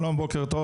בוקר טוב.